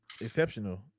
exceptional